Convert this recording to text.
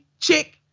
chick